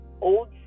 old